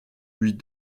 lui